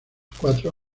cuatro